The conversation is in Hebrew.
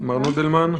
מר נודלמן?